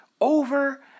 Over